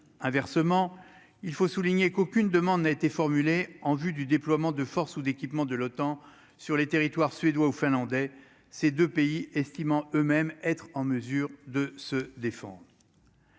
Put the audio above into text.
inversement, il faut souligner qu'aucune demande n'a été formulée en vue du déploiement de forces ou d'équipement de l'OTAN sur les territoires, suédois ou finlandais, ces 2 pays estimant eux-mêmes, être en mesure de se défendre.